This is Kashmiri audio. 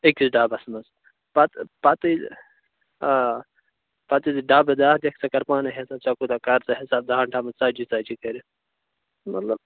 أکِس ڈبس منٛز پتہِ پتہٕ آ پتہٕ یُتھے ژٕ ڈبہٕ دَہ نِکھ ژِ کٔرٕ پانے حِساب ژےٚ کوٗتاہ قرضہٕ ہیوٚتات َدہن ڈبن ژتجی ژتجی کٔرِتھ مطلب